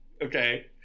okay